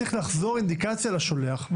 צריכה לחזור אינדיקציה לשולח.